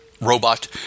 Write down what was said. robot